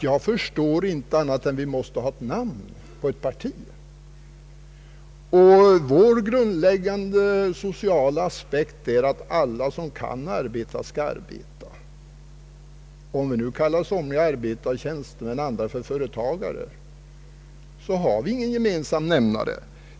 Jag förstår inte annat än att vi måste ha ett namn för ett parti, och vår grundläggande sociala aspekt är att alla som kan arbeta skall arbeta. Om vi kallar somliga för arbetare och tjänstemän och andra för företagare, så har vi ingen gemensam nämnare.